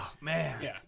Man